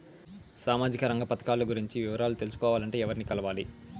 సామాజిక రంగ పథకాలు గురించి వివరాలు తెలుసుకోవాలంటే ఎవర్ని కలవాలి?